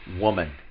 woman